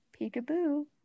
Peekaboo